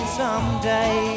someday